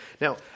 Now